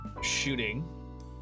shooting